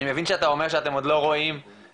אני מבין שאתה אומר שאתם עוד לא רואים מקרים